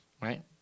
right